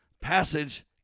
passage